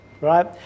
right